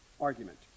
argument